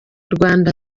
rwanda